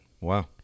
Wow